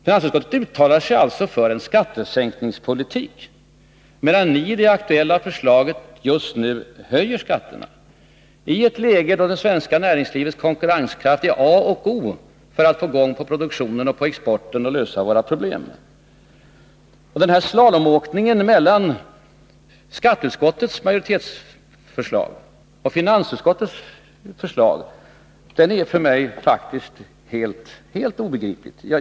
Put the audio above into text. Finansutskottet uttalar sig alltså för en skattesänkningspolitik, medan ni i det aktuella förslaget just nu höjer skatterna — i ett läge då det svenska näringslivets konkurrenskraft är a och o för att få fart på produktionen och exporten och lösa våra problem. Den slalomåkningen mellan skatteutskottets majoritetsförslag och finansutskottets förslag är för mig faktiskt helt obegriplig.